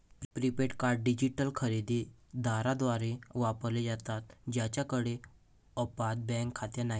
prepaid card digital खरेदी दारांद्वारे वापरले जातात ज्यांच्याकडे अद्याप बँक खाते नाही